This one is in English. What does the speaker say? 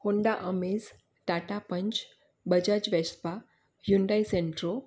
Honda amaze Tata punch Bajaj Vespa Hyundai Santro